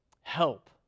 Help